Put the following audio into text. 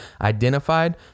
identified